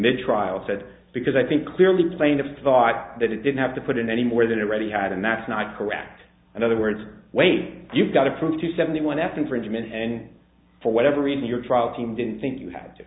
mid trial said because i think clearly the plaintiff thought that it didn't have to put in any more than it already had and that's not correct in other words wait you've got to prove to seventy one f infringement and for whatever reason your trial team didn't think you had to